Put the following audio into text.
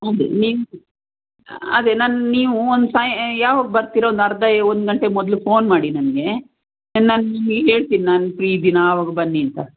ಅದೇ ಅದೇ ನನ್ ನೀವು ಒಂದು ಯಾವಾಗ ಬರ್ತಿರೋ ಒಂದು ಅರ್ಧ ಒಂದು ಗಂಟೆ ಮೊದಲು ಫೋನ್ ಮಾಡಿ ನನಗೆ ನಾನು ನಿಮಗೆ ಹೇಳ್ತೀನಿ ನಾನು ಫ್ರೀ ಇದ್ದೀನಾ ಆವಾಗ ಬನ್ನಿ ಅಂತ